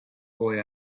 boy